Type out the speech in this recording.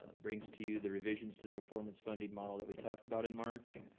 ah brings to you the revisions to the performance funding model that we talked about in march.